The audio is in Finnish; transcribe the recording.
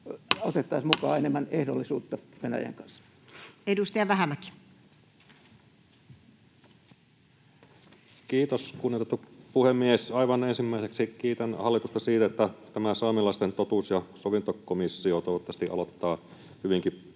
otettaisiin mukaan enemmän ehdollisuutta Venäjän kanssa? Edustaja Vähämäki. Kiitos, kunnioitettu puhemies! Aivan ensimmäiseksi kiitän hallitusta siitä, että tämä saamelaisten totuus- ja sovintokomissio toivottavasti aloittaa hyvinkin pian, ja